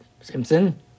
Simpson